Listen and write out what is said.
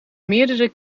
meerdere